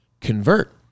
convert